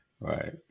right